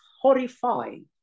horrifying